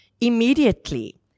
Immediately